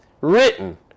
written